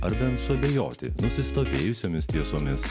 ar bent suabejoti nusistovėjusiomis tiesomis